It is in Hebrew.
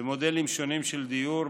במודלים שונים של דיור,